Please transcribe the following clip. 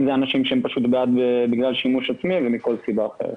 אנשים שבעד שימוש אישי ומכל סיבה אחרת.